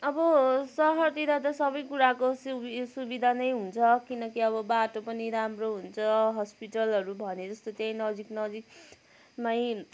अब सहरतिर त सबै कुराको सुविधा नै हुन्छ किनकि अब बाटो पनि राम्रो हुन्छ हस्पिटलहरू भनेजस्तो त्यहीँ नजिक नजिकमै